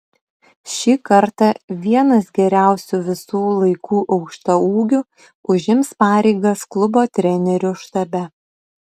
šį kartą vienas geriausių visų laikų aukštaūgių užims pareigas klubo trenerių štabe